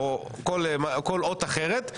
או כל אות אחרת,